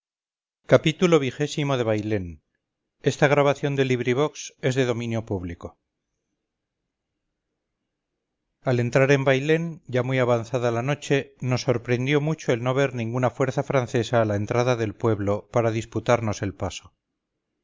xxvi xxvii xxviii xxix xxx xxxi xxxii bailén de benito pérez galdós al entrar en bailén ya muy avanzada la noche nos sorprendió mucho el no ver ninguna fuerza francesa a la entrada del pueblo para disputarnos el paso